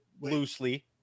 loosely